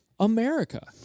America